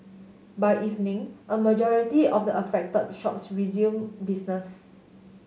by evening a majority of the affected shops resumed business